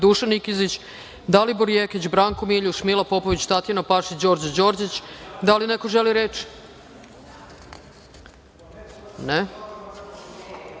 Dušan Nikezić, Dalibor Jekić, Branko Miljuš, Mila Popović, Tatjana Pašić i Đorđe Đorđić. Da li neko želi reč?